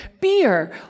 beer